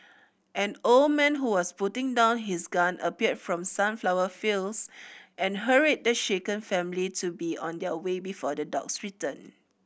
an old man who was putting down his gun appeared from the sunflower fields and hurried the shaken family to be on their way before the dogs return